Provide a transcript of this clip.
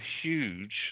huge